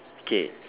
okay